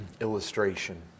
illustration